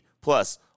Plus